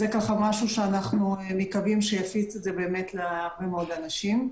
זה משהו שאנחנו מקוים שיפיץ להרבה מאוד אנשים.